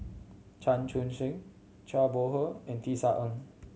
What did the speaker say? Chan Chun Sing Zhang Bohe and Tisa Ng